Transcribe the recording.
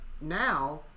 now